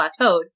plateaued